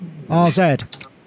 RZ